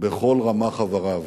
בכל רמ"ח איבריו.